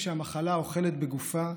כשהמחלה אוכלת בגופה,